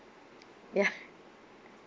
ya